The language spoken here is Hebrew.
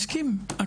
אני מסכים.